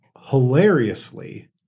hilariously